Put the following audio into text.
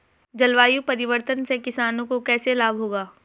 जलवायु परिवर्तन से किसानों को कैसे लाभ होगा?